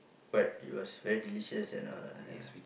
quite it was very delicious and know ya